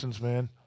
man